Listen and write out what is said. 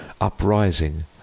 Uprising